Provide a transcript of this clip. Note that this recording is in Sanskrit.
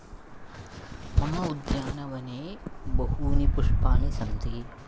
मम उद्यानवने बहूनि पुष्पाणि सन्ति